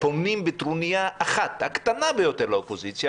פונים בטרוניה אחת הקטנה ביותר לאופוזיציה,